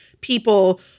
people